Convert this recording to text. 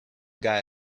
guy